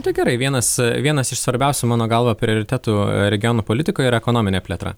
tai gerai vienas vienas iš svarbiausių mano galva prioritetų regionų politikoj yra ekonominė plėtra